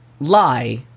lie